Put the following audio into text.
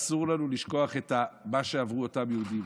אסור לנו לשכוח מה שעברו אותם יהודים.